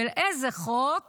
של איזה חוק